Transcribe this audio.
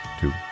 two